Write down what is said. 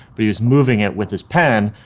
but he was moving it with his pen,